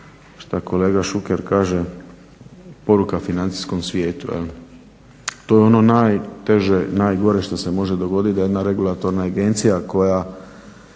što kolega Šuker kaže poruka financijskom svijetu. Jel, to je ono najteže, najgore što se može dogoditi da jedna regulatorna agencija koja